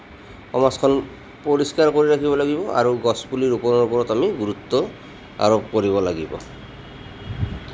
সমাজখন পৰিষ্কাৰ কৰি ৰাখিব লাগিব আৰু গছ পুলি ৰোপনৰ ওপৰত আমি গুৰুত্ব আৰোপ কৰিব লাগিব